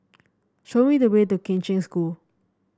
show me the way to Kheng Cheng School